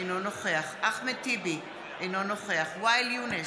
אינו נוכח אחמד טיבי, אינו נוכח ואאל יונס,